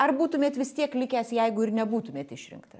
ar būtumėt vis tiek likęs jeigu ir nebūtumėt išrinktas